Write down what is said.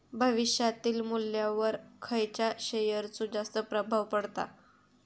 भविष्यातील मुल्ल्यावर खयच्या शेयरचो जास्त प्रभाव पडता?